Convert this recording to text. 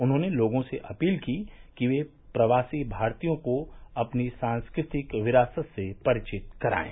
उन्होंने लोगों से अपील की कि वे प्रवासी भारतीयों का अपनी सांस्कृतिक विरासत से परिचय कराएं